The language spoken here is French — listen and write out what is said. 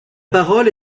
parole